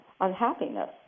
unhappiness